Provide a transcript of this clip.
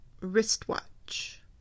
wristwatch